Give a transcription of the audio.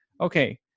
okay